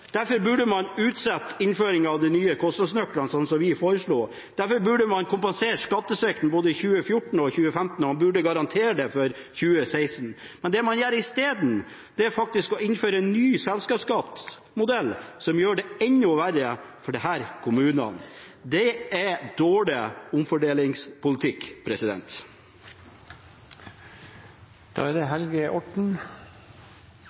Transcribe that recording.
Derfor burde man utsette innføringen av de nye kostnadsnøklene, slik som vi foreslo. Derfor burde man kompensere skattesvikten både i 2014 og 2015, og man burde garantere det for 2016. Men det man gjør isteden, er faktisk å innføre en ny selskapsskattemodell som gjør det enda verre for disse kommunene. Det er dårlig omfordelingspolitikk.